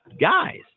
guys